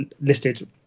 listed